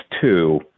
two